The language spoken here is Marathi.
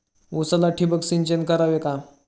उसाला ठिबक सिंचन करावे का?